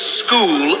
school